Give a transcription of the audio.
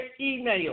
email